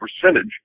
percentage